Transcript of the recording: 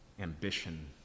ambition